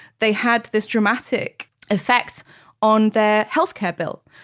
they had this dramatic effect on their healthcare bill.